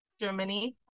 Germany